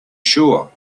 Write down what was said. sure